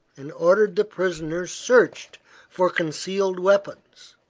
and ordered the prisoner searched for concealed weapons.